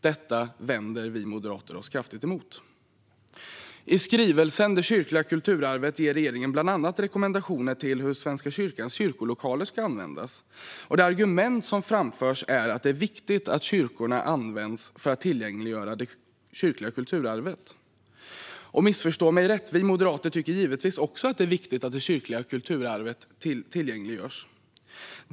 Detta vänder vi moderater oss kraftigt emot. I skrivelsen Det kyrkliga kulturarvet ger regeringen bland annat rekommendationer gällande hur Svenska kyrkans kyrkolokaler ska användas. Det argument som framförs är att det är viktigt att kyrkorna används för att tillgängliggöra det kyrkliga kulturarvet. Missförstå mig rätt: Vi moderater tycker givetvis också att det är viktigt att det kyrkliga kulturarvet tillgängliggörs.